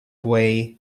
way